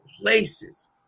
places